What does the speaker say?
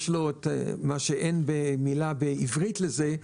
יש לו את מה שאין מילה בעברית לזה,